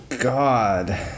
God